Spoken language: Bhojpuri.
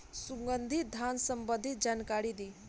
सुगंधित धान संबंधित जानकारी दी?